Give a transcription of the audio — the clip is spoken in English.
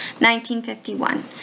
1951